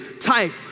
type